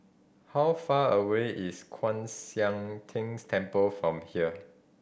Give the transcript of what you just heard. how far away is Kwan Siang Tng Temple from here